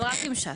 אבל רק עם ש"ס.